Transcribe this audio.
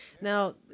Now